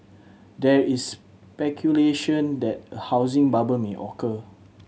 there is speculation that a housing bubble may occur